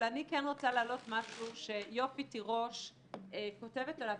אבל אני כן רוצה להעלות משהו שיופי תירוש כותבת עליו